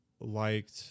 liked